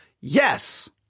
yes